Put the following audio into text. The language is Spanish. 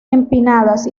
empinadas